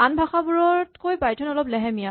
আন ভাষা বোৰতকৈ পাইথন অলপ লেহেমীয়া